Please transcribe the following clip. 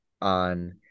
on